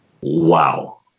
Wow